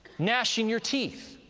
gnashing your teeth.